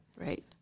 Right